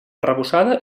arrebossada